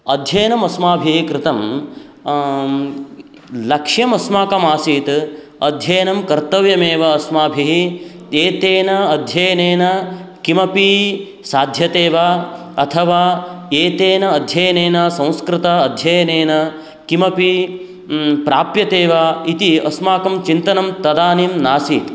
अध्ययनम् अस्माभिः कृतं लक्ष्यम् अस्माकम् आसीत् अध्ययनं कर्तव्यमेव अस्माभिः एतेन अध्ययनेन किमपि साध्यते वा अथवा एतेन अध्ययनेन संस्कृताध्ययनेन किमपि प्राप्यते वा इति अस्माकं चिन्तनं तदानीं नासीत्